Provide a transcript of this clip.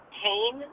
pain